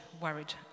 worried